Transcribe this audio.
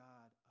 God